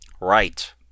Right